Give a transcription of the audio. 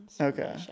Okay